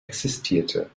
existierte